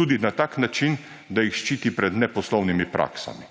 tudi na tak način, da jih ščiti pred neposlovnimi praksami.